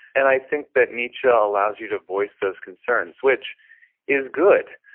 and i think that nietzsche allows you to voice those concerns, which is good,